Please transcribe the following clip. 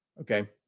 okay